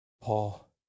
Paul